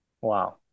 Wow